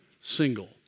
single